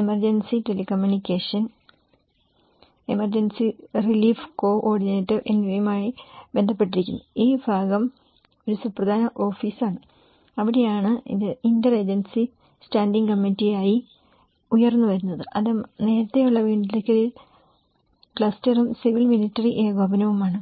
emergency telecommunication emergency relief coordinator എന്നിവയുമായി ബന്ധപ്പെട്ടിരിക്കുന്നു ഈ ഭാഗം ഒരു സുപ്രധാന ഓഫീസാണ് അവിടെയാണ് ഇത് ഇന്റർഏജൻസി സ്റ്റാൻഡിംഗ് കമ്മിറ്റിയായി ഉയർന്നുവരുന്നത് അത് നേരത്തെയുള്ള വീണ്ടെടുക്കൽ ക്ലസ്റ്ററും സിവിൽ മിലിട്ടറി ഏകോപനവുമാണ്